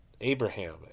Abraham